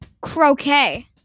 Croquet